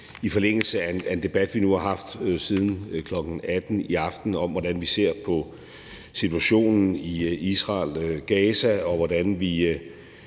i forlængelse af en debat, vi nu har haft siden kl. 18.00 i aften om, hvordan vi ser på situationen i Israel og Gaza, og hvordan vi